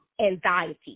-anxiety